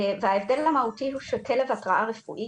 וההבדל המהותי הוא שכלב התרעה רפואי,